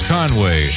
Conway